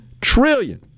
trillion